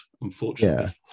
unfortunately